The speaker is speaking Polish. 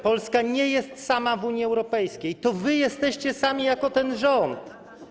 Polska nie jest sama w Unii Europejskiej, to wy jesteście sami jako ten rząd.